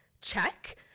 check